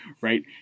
right